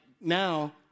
now